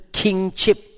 kingship